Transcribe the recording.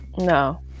No